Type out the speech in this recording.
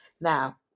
now